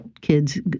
kids